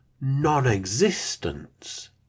non-existence